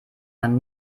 man